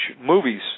movies